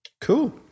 Cool